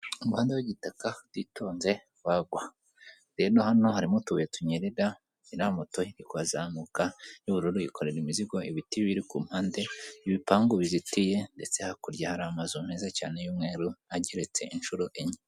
Umuhanda w'igitaka utitonze wagwa, rero hano harimo utubuye tunyerera iriya moto iri kazamuka isa n'ubururu yikorera imizigo, ibiti biri ku mpande, ibipangu bizitiye ndetse hakurya hari amazu meza cyane y'umweru ageretse inshuro enye.